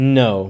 no